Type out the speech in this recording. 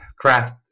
craft